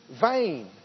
Vain